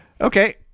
Okay